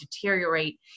deteriorate